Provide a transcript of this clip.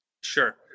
Sure